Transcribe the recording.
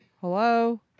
Hello